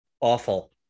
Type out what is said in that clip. awful